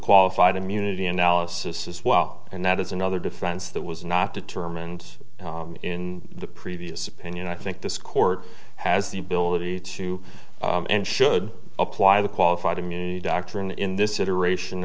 qualified immunity analysis as well and that is another defense that was not determined in the previous opinion i think this court has the ability to and should apply the qualified immunity doctrine in this iteration